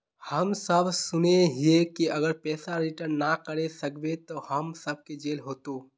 हम सब सुनैय हिये की अगर पैसा रिटर्न ना करे सकबे तो हम सब के जेल होते?